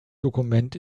dokument